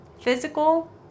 physical